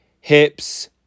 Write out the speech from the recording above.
hips